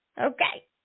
Okay